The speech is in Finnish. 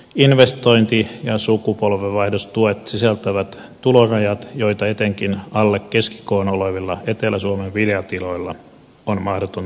investointi ja sukupolvenvaihdostuet sisältävät tulorajat joita etenkin alle keskikoon olevien etelä suomen viljatilojen on mahdotonta saavuttaa